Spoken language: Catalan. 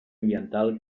ambiental